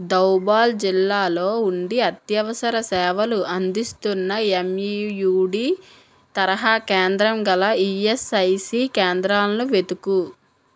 ధౌబాల్ జిల్లాలో ఉండి అత్యవసర సేవలు అందిస్తున్న ఎమ్ఈయూడి తరహా కేంద్రం గల ఈఎస్ఐసి కేంద్రాలను వెతుకు